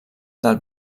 del